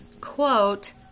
quote